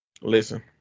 Listen